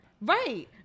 Right